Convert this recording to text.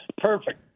Perfect